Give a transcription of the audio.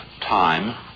time